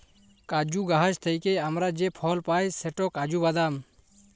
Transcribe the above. কাজু গাহাচ থ্যাইকে আমরা যে ফল পায় সেট কাজু বাদাম